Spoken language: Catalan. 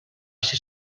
ser